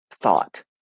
thought